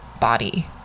body